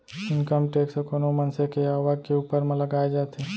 income tax कोनो मनसे के आवक के ऊपर म लगाए जाथे